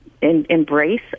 embrace